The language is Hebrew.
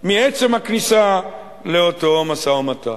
מעצם הכניסה לאותו משא-ומתן.